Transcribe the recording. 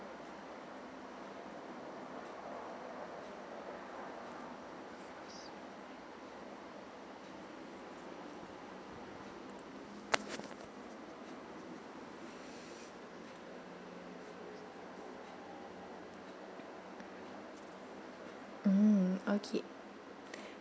mm okay